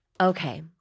Okay